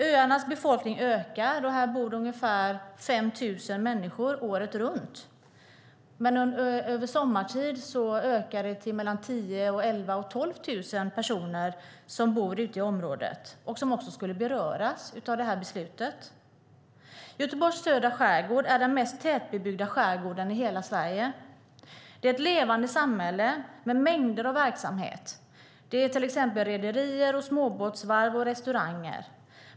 Öarnas befolkning ökar, och här bor ungefär 5 000 människor året runt. Under sommartid ökar befolkningen till 10 000-12 000 personer som bor i området och som också skulle beröras av detta beslut. Göteborgs södra skärgård är den mest tätbebyggda skärgården i hela Sverige. Det är ett levande samhälle med mängder av verksamhet, till exempel rederier, småbåtsvarv och restauranger.